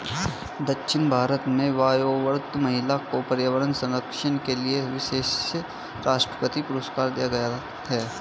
दक्षिण भारत में वयोवृद्ध महिला को पर्यावरण संरक्षण के लिए विशेष राष्ट्रपति पुरस्कार दिया गया है